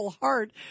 Heart